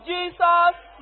Jesus